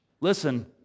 listen